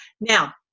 Now